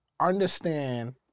understand